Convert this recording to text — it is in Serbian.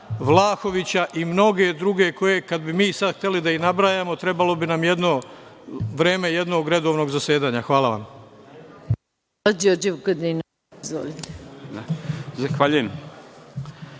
Vlahovića i mnoge druge, koje kada bi mi sada hteli da ih nabrajamo, trebalo bi nam jedno vreme jednog redovnog zasedanja. Hvala. **Maja